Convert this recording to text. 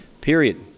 Period